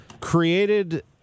created